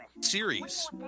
series